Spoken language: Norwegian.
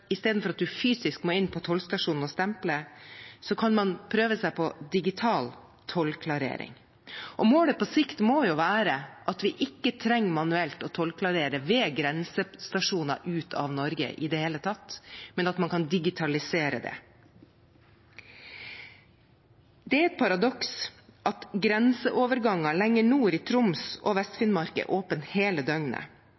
inn på tollstasjonen og stemple, kan prøve seg på digital tollklarering. Målet på sikt må jo være at man ikke skal trenge å tollklarere manuelt ved grensestasjoner ut av Norge i det hele tatt, men at man kan digitalisere dette. Det er et paradoks at grenseoverganger lenger nord i Troms og